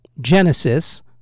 Genesis